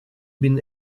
been